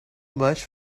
much